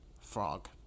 frog